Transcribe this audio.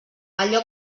allò